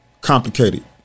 complicated